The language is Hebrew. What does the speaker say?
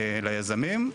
ליזמים.